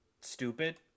stupid